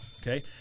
Okay